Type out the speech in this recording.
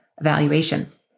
evaluations